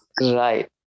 right